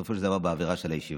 בסופו של דבר באווירה של הישיבה.